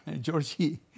Georgie